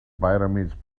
pyramids